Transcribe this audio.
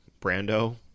Brando